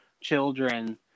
children